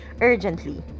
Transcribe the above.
urgently